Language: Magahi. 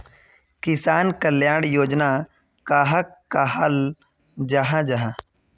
किसान कल्याण योजना कहाक कहाल जाहा जाहा?